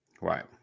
right